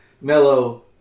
mellow